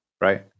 right